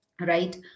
Right